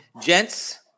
Gents